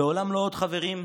"לעולם לא עוד", חברים,